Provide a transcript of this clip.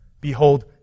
Behold